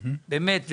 באמת.